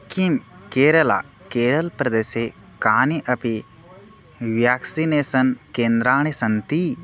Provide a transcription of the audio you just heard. किं केरला केरलप्रदेशे कानि अपि व्याक्सिनेसन् केन्द्राणि सन्ति